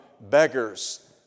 beggars